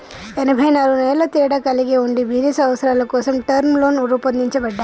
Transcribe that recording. ఎనబై నాలుగు నెలల తేడా కలిగి ఉండి బిజినస్ అవసరాల కోసం టర్మ్ లోన్లు రూపొందించబడ్డాయి